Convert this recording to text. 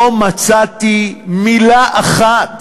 לא מצאתי מילה אחת